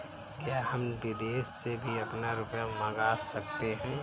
क्या हम विदेश से भी अपना रुपया मंगा सकते हैं?